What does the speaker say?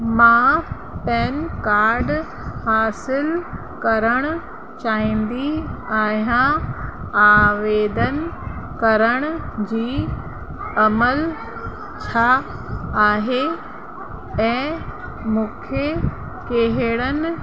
मां PAN card हासिलु करणु चाहींदी आहियां आवेदन करण जी अमल छा आहे ऐं मूंखे कहिड़नि